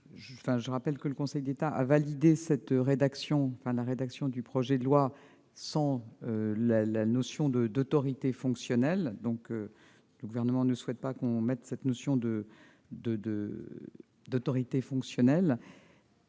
je rappelle que le Conseil d'État a validé la rédaction du projet de loi sans la notion d'autorité fonctionnelle. Le Gouvernement ne souhaite donc pas qu'elle soit réintroduite dans le texte.